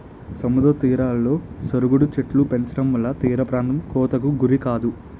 సముద్ర తీరాలలో సరుగుడు చెట్టులు పెంచడంవల్ల తీరప్రాంతం కోతకు గురికాదు